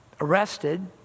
arrested